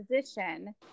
position